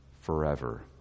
forever